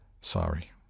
Sorry